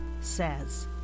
says